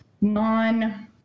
non